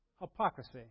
hypocrisy